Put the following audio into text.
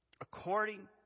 according